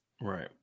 Right